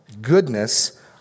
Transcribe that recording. Goodness